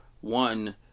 one